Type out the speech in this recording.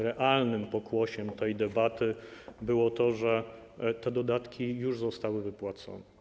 Realnym pokłosiem tej debaty było to, że te dodatki już zostały wypłacone.